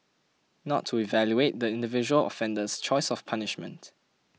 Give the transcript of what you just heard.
not to evaluate the individual offender's choice of punishment